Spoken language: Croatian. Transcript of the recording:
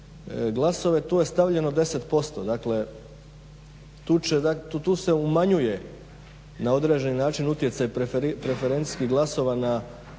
glasove, to je stavljeno 10% Dakle, tu će, tu se umanjuje na određeni način utjecaj preferencijskih glasova na